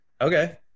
okay